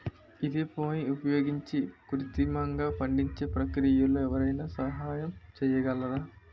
ఈథెఫోన్ని ఉపయోగించి కృత్రిమంగా పండించే ప్రక్రియలో ఎవరైనా సహాయం చేయగలరా?